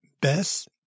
best